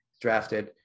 drafted